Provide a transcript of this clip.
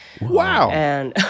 Wow